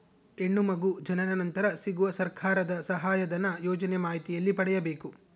ಹೆಣ್ಣು ಮಗು ಜನನ ನಂತರ ಸಿಗುವ ಸರ್ಕಾರದ ಸಹಾಯಧನ ಯೋಜನೆ ಮಾಹಿತಿ ಎಲ್ಲಿ ಪಡೆಯಬೇಕು?